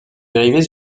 dérivées